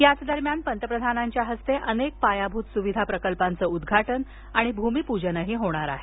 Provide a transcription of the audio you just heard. याच दरम्यान पंतप्रधानांच्या हस्ते अनेक पायाभूत सुविधा प्रकल्पांचं उद्घाटन आणि भूमिपूजनही होणार आहे